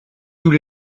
tous